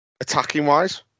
attacking-wise